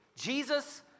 Jesus